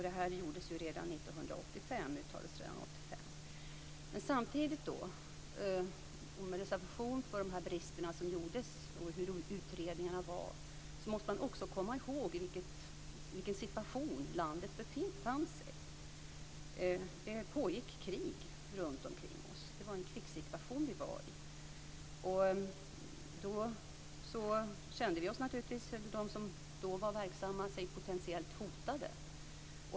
Det uttalades redan år 1985. Med reservation för de brister som fanns och hur utredningarna var måste man också komma ihåg i vilken situation landet befann sig. Det pågick krig runtomkring oss. Vi var i en krigssituation. De som då var verksamma kände sig naturligtvis potentiellt hotade.